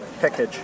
package